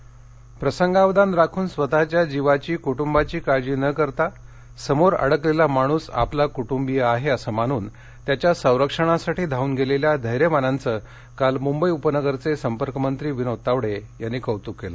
धैर्यवानः प्रसंगावधान राखून स्वतःच्या जीवाची कुटुंबाची काळजी न करता समोर अडकलेला माणूस आपला कुटुंबीय आहे असं मानून त्यांच्या संरक्षणासाठी धावून गेलेल्या धैर्यवानांचं काल मुंबई उपनगरचे संपर्क मंत्री विनोद तावडे यांनी कौतूक केलं